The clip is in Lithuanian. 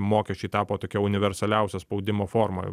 mokesčiai tapo tokia universaliausia spaudimo forma